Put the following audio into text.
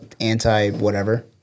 anti-whatever